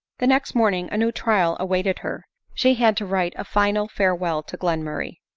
the next morning a new trial awaited her she had to write a final farewell to glenmurray.